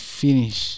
finish